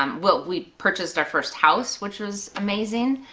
um well, we purchased our first house which was amazing.